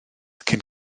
cyn